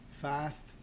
fast